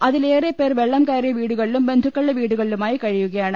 അതിലേറെപ്പേർ വെള്ളം കയറിയ വീടുകളിലും ബന്ധുക്കളുടെ വീടുകളിലുമായി കഴിയു കയാണ്